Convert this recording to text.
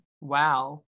Wow